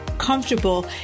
comfortable